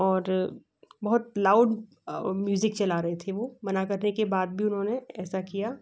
और बहुत loud music चला रहे थे वो मना करने के बाद भी उन्होंने ऐसा किया